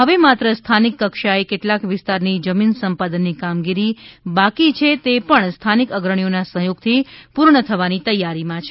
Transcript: હવે માત્ર સ્થાનિકક્ષાએ કેટલાંક વિસ્તારની જમીન સંપાદનની કામગીરી બાકી છે તે પણ સ્થાનિક અગ્રણીઓના સહયોગથી પૂર્ણ થવાની તૈયારીમાં છે